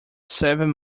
seven